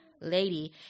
lady